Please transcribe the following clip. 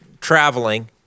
traveling